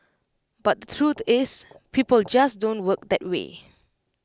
but the truth is people just don't work that way